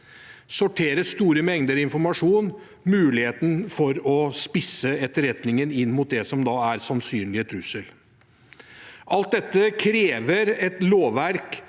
sortere store mengder informasjon og muligheter for å spisse etterretningen inn mot det som er sannsynlige trusler. Alt dette krever et lovverk